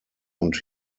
und